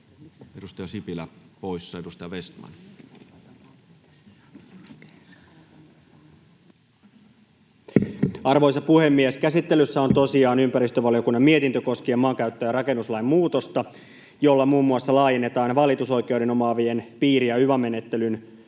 muuttamisesta Time: 15:56 Content: Arvoisa puhemies! Käsittelyssä on tosiaan ympäristövaliokunnan mietintö koskien maankäyttö- ja rakennuslain muutosta, jolla muun muassa laajennetaan valitusoikeuden omaavien piiriä yva-menettelyn piiriin